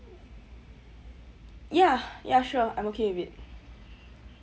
ya ya sure I'm okay with it